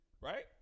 Right